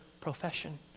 profession